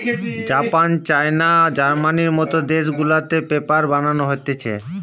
Japan, China, জার্মানির মত দেশ গুলাতে পেপার বানানো হতিছে